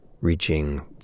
reaching